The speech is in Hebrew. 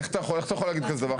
איך אתה יכול להגיד כזה דבר?